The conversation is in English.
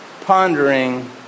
Pondering